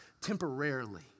temporarily